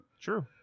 true